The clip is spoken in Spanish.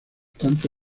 tanto